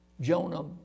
Jonah